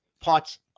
parts